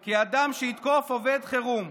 כי אדם שיתקוף עובדי חירום,